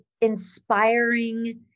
inspiring